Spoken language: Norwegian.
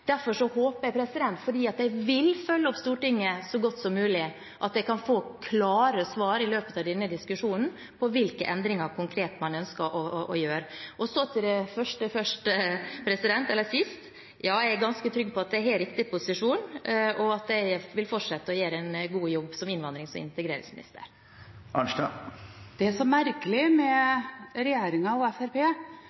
Derfor håper jeg – fordi jeg vil følge opp Stortingets vedtak så godt som mulig – at jeg kan få klare svar i løpet av denne diskusjonen om hvilke endringer man konkret ønsker å gjøre. Så til det første som ble sagt: Ja, jeg er ganske trygg på at jeg har riktig posisjon, og at jeg vil fortsette å gjøre en god jobb som innvandrings- og integreringsminister. Det er så merkelig med